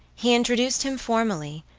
he introduced him formally,